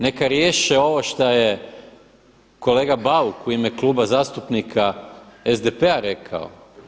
Neka riješe ovo što je kolega Bauk u ime Kluba zastupnika SDP-a rekao.